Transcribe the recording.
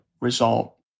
result